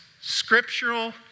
scriptural